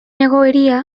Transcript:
egoera